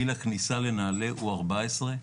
גיל הכניסה לנעל"ה הוא 14,